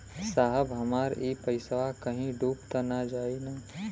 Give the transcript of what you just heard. साहब हमार इ पइसवा कहि डूब त ना जाई न?